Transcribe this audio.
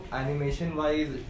animation-wise